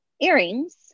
earrings